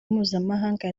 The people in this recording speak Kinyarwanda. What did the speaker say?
mpuzamahanga